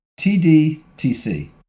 TDTC